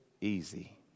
easy